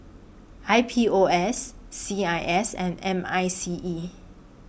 I P O S C I S and M I C E